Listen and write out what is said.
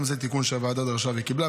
גם זה תיקון שהוועדה דרשה וקיבלה,